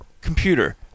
computer